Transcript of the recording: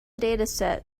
dataset